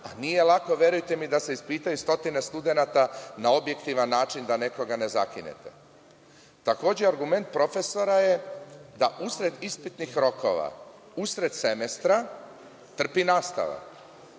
a nije lako, verujte mi, da se ispitaju stotine studenata na objektivan način da nekog ne zakinete. Takođe, argument profesora je da usred ispitnih rokova, usred semestra trpi nastava.